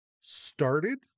started